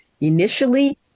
Initially